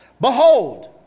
Behold